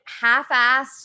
half-assed